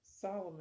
Solomon